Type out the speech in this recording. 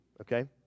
okay